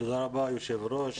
תודה רבה, היושב-ראש.